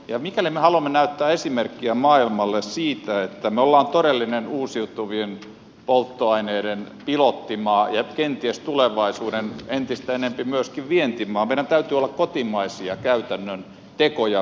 ja mikäli me haluamme näyttää esimerkkiä maailmalle siitä että me olemme todellinen uusiutuvien polttoaineiden pilottimaa ja kenties tulevaisuudessa entistä enempi myöskin vientimaa meillä täytyy olla kotimaisia käytännön tekoja ja pilotteja